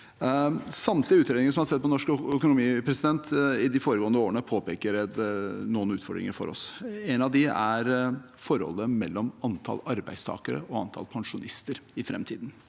Samtlige utredninger som har sett på norsk økonomi de foregående årene, påpeker noen utfordringer for oss. En av dem er forholdet mellom antall arbeidstakere og antall pensjonister i framtiden.